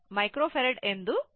5 millifarad ಎಂದು ನೀಡಲಾಗಿದೆ